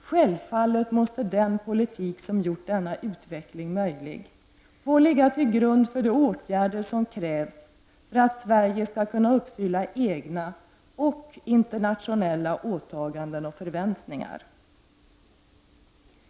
Självfallet måste den politik som gjort denna utveckling möjlig få ligga till grund för de åtgärder som krävs för att Sverige skall kunna uppfylla egna och internationella åtaganden och förväntningar.